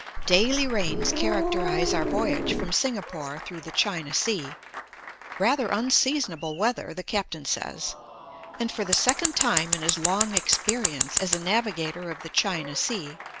daily rains characterize our voyage from singapore through the china sea rather unseasonable weather, the captain says and for the second time in his long experience as a navigator of the china sea,